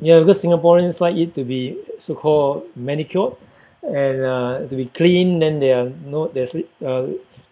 ya because singaporeans like it to be so called manicured and uh to be clean then there are no there's li~ uh